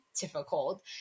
difficult